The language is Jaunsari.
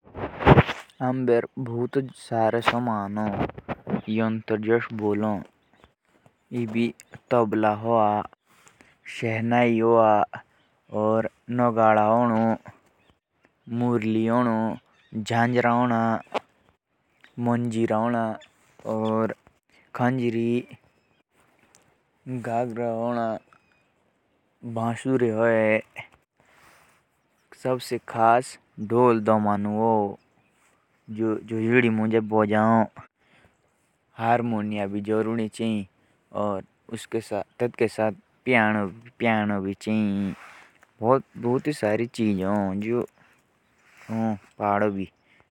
नगाड़ा। घांगरा। मंजीरा। घागरा। बांसुरी। ढोल। दमाणु। हारमुनिया। पियानो। और भी कही सामान होता ह।